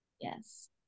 Yes